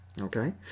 Okay